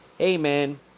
Amen